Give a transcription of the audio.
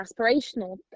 aspirational